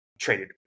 traded